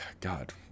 God